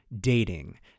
dating